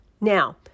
Now